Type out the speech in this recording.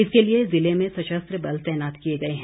इसके लिए जिले में सशस्त्र बल तैनात किए गए हैं